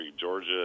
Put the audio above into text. Georgia